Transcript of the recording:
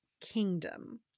kingdom